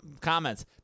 comments